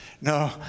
No